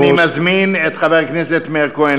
אני מזמין את חבר הכנסת מאיר כהן לשאול.